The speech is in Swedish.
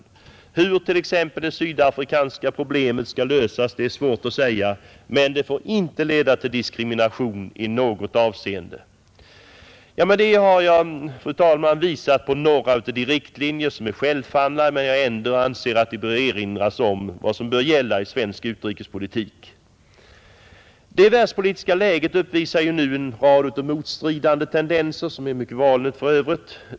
Hur t.ex. det sydafrikanska problemet skall lösas är svårt att säga, men det får inte leda till diskrimination i något avseende. Med detta har jag, fru talman, visat på några av de riktlinjer som är självfallna, men jag anser ändå att det bör erinras om vad som måste gälla i svensk utrikespolitik. Det världspolitiska läget uppvisar en rad motstridande tendenser, något som för övrigt är mycket vanligt.